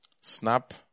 Snap